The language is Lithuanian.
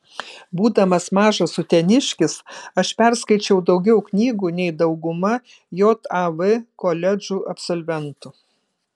būdamas mažas uteniškis aš perskaičiau daugiau knygų nei dauguma jav koledžų absolventų